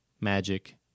magic